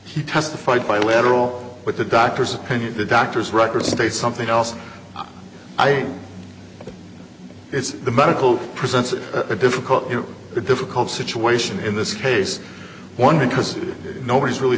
he testified bilateral with the doctor's opinion the doctors records state something else i it's the medical presents a difficult a difficult situation in this case one because nobody's really